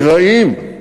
קרעים,